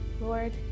Lord